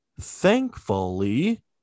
thankfully